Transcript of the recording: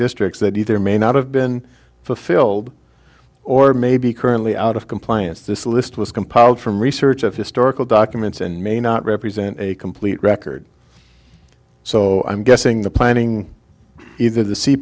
districts that either may not have been fulfilled or maybe currently out of compliance this list was compiled from research of historical documents and may not represent a complete record so i'm guessing the planning either the